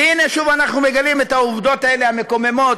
והנה, שוב אנחנו מגלים את העובדות האלה, המקוממות,